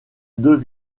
deux